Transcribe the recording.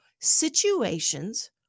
situations